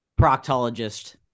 proctologist